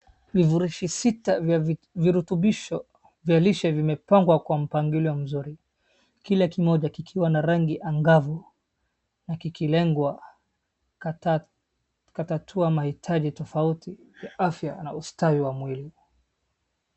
Vifurushi sita vya virutubisho vya lishe vimepangwa kwa mpangilio mzuri. Kile kimoja kikiwa na rangi angavu na kikilengwa kutatua mahitaji tofauti ya afya na ustawi wa mwili.